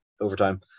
overtime